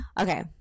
okay